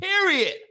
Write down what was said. period